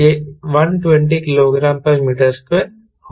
यह 120 kgm2 हो सकता है